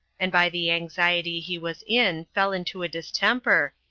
and by the anxiety he was in fell into a distemper,